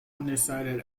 undecided